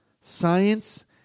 Science